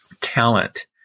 talent